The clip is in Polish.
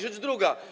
Rzecz druga.